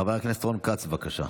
חבר הכנסת רון כץ, בבקשה.